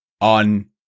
on